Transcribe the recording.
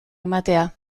ematea